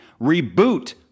Reboot